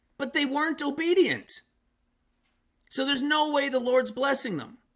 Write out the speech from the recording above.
but they weren't obedient so there's no way the lord's blessing them